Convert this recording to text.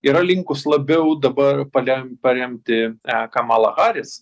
yra linkus labiau dabar palem paremti kamalą haris